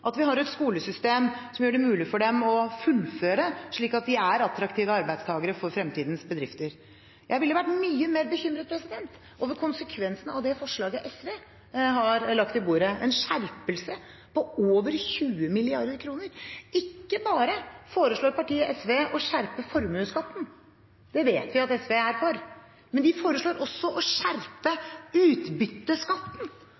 at vi har et skolesystem som gjør det mulig for dem å fullføre, slik at de er attraktive arbeidstakere for fremtidens bedrifter. Jeg ville vært mye mer bekymret for konsekvensene av det forslaget SV har lagt på bordet – en skjerpelse på over 20 mrd. kr. Ikke bare foreslår partiet SV å skjerpe formuesskatten – det vet vi at SV er for – men de foreslår også å